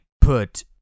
put